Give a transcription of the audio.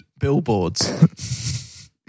billboards